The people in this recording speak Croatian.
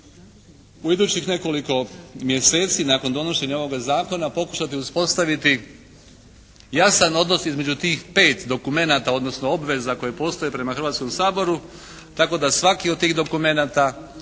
u idućih nekoliko mjeseci nakon donošenja ovoga zakona pokušati uspostaviti jasan odnos između tih pet dokumenata odnosno obveza koje postoje prema Hrvatskom saboru tako da svaki od tih dokumenata